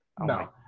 No